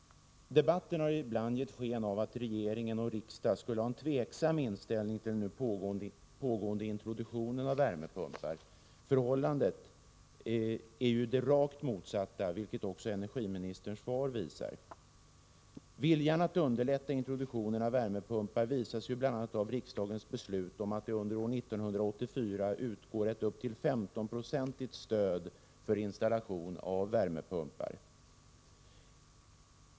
Debatten har ibland givit sken av att regering och riksdag skulle ha en tveksam inställning till den nu pågående introduktionen av värmepumpar. Förhållandet är ju det rakt motsatta, vilket energiministerns svar också visar. Viljan att underlätta introduktionen av värmepumpar framgår bl.a. av riksdagens beslut om att det under år 1984 skall utgå ett upp till 15-procentigt stöd för installation av värmepumpar.